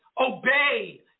obey